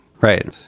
Right